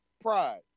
Pride